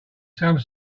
some